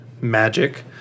magic